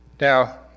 Now